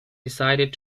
decided